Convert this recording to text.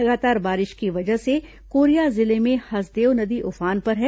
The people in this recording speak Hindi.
लगातार बारिश की वजह से कोरिया जिले में हसदेव नदी उफान पर है